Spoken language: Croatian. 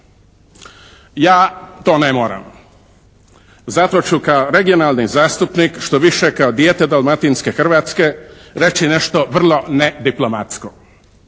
Ja to ne moram, zato ću kao regionalni zastupnik, štoviše kao dijete Dalmatinske Hrvatske reći nešto vrlo nediplomatsko.